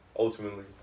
Ultimately